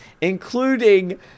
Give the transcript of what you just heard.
including